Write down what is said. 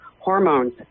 hormones